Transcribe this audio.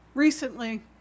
Recently